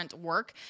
work